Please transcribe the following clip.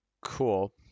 Cool